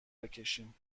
بکشم